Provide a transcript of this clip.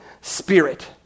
Spirit